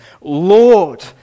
Lord